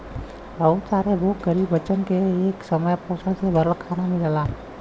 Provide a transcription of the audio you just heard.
बहुत सारे भूखे गरीब बच्चन के एक समय पोषण से भरल खाना मिलला